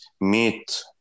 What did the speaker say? meat